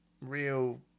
real